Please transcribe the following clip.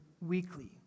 weekly